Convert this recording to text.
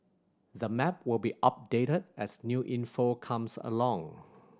the map will be updated as new info comes along